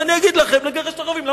אז אני אגיד לכם לגרש את הערבים.